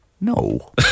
No